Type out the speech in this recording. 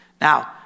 Now